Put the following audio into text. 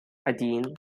один